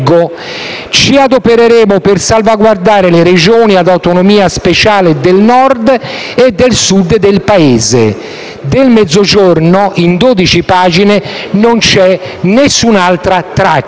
«Ci adopereremo per salvaguardare le Regioni ad autonomia speciale del Nord e del Sud del Paese». Del Mezzogiorno, in 12 pagine, non c'è nessun'altra traccia.